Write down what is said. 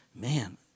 Man